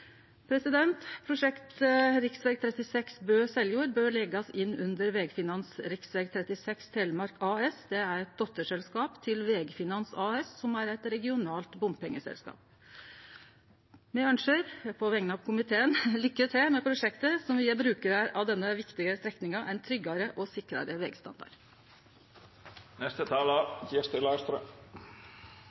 bør leggjast inn under Vegfinans Rv36 Telemark AS. Det er eit dotterselskap til Vegfinans AS, som er eit regionalt bompengeselskap. På vegner av komiteen ønskjer me lykke til med prosjektet, som vil gje brukarar av denne viktige strekninga ein tryggare og sikrare